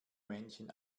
männchen